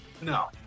No